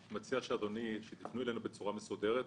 אני מציע שתפנו אלינו בצורה מסודרת.